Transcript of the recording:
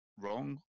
wrong